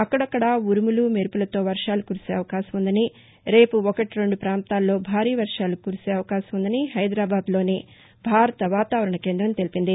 అక్కడక్కడ ఉరుములు మెరుపులతో వర్వాలు కురిసే అవకాశం ఉందని రేపు ఒకటి రెండు ప్రాంతాల్లో భారీ వర్వాలు కురిసే అవకాశం ఉందని హైదరాబాద్లోని భారత వాతావరణ కేంద్రం తెలిపింది